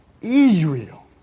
Israel